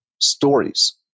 stories